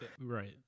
right